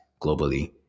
globally